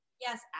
yes